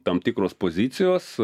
tam tikros pozicijos